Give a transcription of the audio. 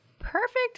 perfect